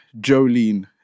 Jolene